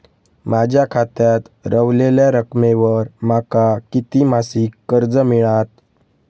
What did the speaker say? माझ्या खात्यात रव्हलेल्या रकमेवर माका किती मासिक कर्ज मिळात?